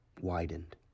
widened